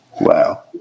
Wow